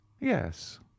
yes